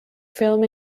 film